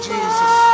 Jesus